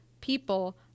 people